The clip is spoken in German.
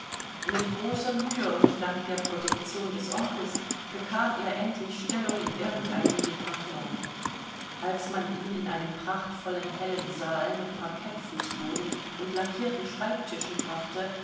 mit großer mühe und dank der protektion des onkels bekam er endlich stellung in irgendeinem departement als man ihn in einen prachtvollen hellen saal mit parkettfußboden und lackierten schreibtischen brachte